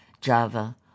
Java